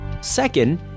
Second